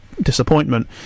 disappointment